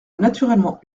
naturellement